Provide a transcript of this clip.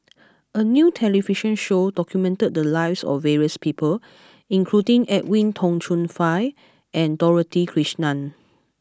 a new television show documented the lives of various people including Edwin Tong Chun Fai and Dorothy Krishnan